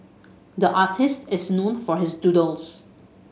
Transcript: the artist is known for his doodles